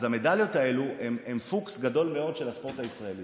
אז המדליות האלה הן פוקס גדול מאוד של הספורט הישראלי.